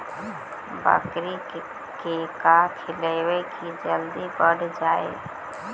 बकरी के का खिलैबै कि जल्दी बढ़ जाए?